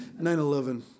9-11